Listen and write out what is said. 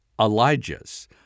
Elijah's